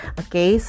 okay